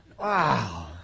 Wow